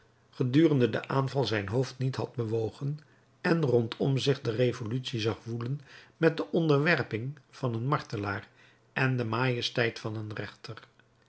gedurende den aanval zijn hoofd niet had bewogen en rondom zich de revolutie zag woelen met de onderwerping van een martelaar en de majesteit van een rechter